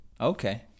Okay